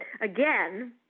Again